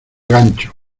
gancho